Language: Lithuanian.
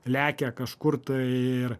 lekia kažkur tai ir